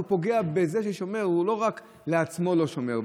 אז הוא פוגע בזה ששומר, הוא לא רק בעצמו לא שומר.